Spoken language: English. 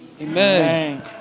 Amen